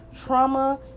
trauma